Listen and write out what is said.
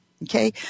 Okay